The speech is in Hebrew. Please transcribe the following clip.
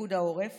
פיקוד העורף